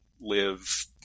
live